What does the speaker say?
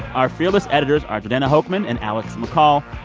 our fearless editors are jordana hochman and alex mccall.